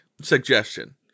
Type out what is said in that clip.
Suggestion